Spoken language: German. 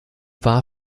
war